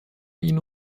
ihn